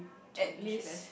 at least